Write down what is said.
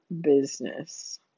business